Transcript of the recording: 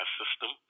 system